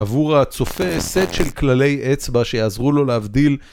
עבור הצופה סט של כללי אצבע שיעזרו לו להבדיל